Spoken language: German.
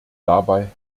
dabei